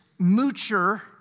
moocher